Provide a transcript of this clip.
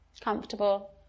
comfortable